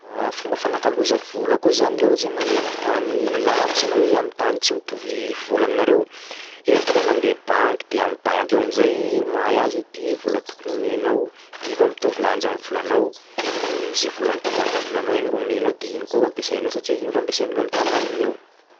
Fomba fanakaloza vola koa zany laha ohatsy hoe mandeha am'tany lavitsy iha na hoe am'tany tsy mitovy vola aminareo, iha tokony mandeha banky de am'banky eo am'zay ro mahay azy hoe ty e vola tokony omenao ty koa mitovy lanja am'volanao de zay vola mitovy lanja am'volanao igny ro omenao de igny koa ro ampiasainao satsia igny ro ampiasain'olo am'tanà igny eo.